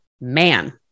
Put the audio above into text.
man